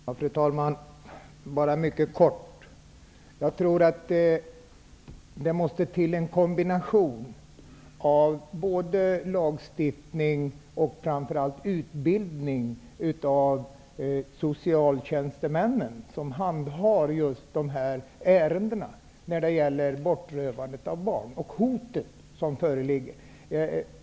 Fru talman! Jag skall vara mycket kortfattad. Jag tror att det måste till en kombination av både lagstiftning och framför allt utbildning av socialtjänstemännen som handhar just dessa ärenden om bortrövande av barn och det hot som föreligger.